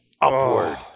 upward